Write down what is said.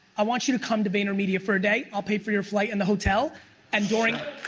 i want you to come to vaynermedia for a day, i'll pay for your flight and the hotel and during.